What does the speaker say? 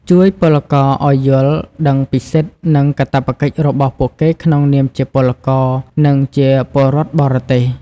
ជួយពលករឱ្យយល់ដឹងពីសិទ្ធិ និងកាតព្វកិច្ចរបស់ពួកគេក្នុងនាមជាពលករ និងជាពលរដ្ឋបរទេស។